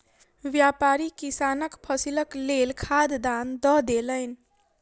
व्यापारी किसानक फसीलक लेल खाद दान दअ देलैन